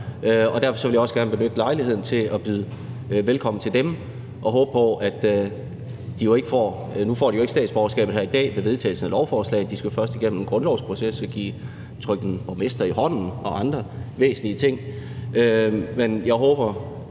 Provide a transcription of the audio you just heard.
og derfor vil jeg også gerne benytte lejligheden til at byde velkommen til dem. Nu får de jo ikke statsborgerskabet her i dag ved vedtagelsen af lovforslaget, for de skal først igennem en grundlovsproces, trykke en borgmester i hånden og andre væsentlige ting, men jeg håber,